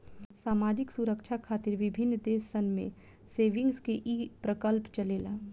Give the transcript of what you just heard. सामाजिक सुरक्षा खातिर विभिन्न देश सन में सेविंग्स के ई प्रकल्प चलेला